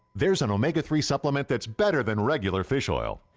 there's an omega three supplement that's better than regular fish oil.